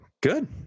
Good